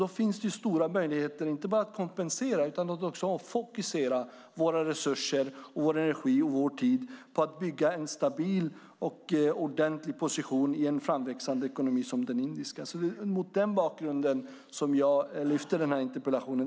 Då finns det stora möjligheter inte bara att kompensera utan också fokusera våra resurser, vår energi och vår tid på att bygga en stabil och ordentlig position i en framväxande ekonomi som den indiska. Det är mot denna bakgrund som jag lyfter fram denna interpellation.